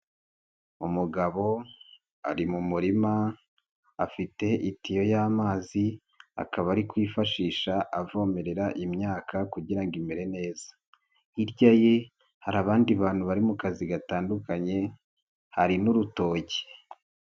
Umugabo ari mu murima afite itiyo y'amazi akaba ari kuyifashisha avomerera imyaka kugira ngo imere neza, hirya ye hari abandi bantu bari mu kazi gatandukanye hari n'urutoki.